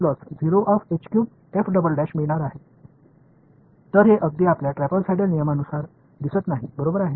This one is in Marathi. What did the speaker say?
तर हे अगदी आपल्या ट्रॅपीझोइडल नियमानुसार दिसत नाही बरोबर आहे